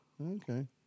okay